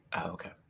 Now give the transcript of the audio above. Okay